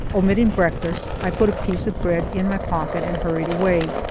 omitting breakfast, i put a piece of bread in my pocket and hurried away.